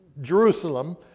Jerusalem